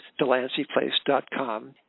DelanceyPlace.com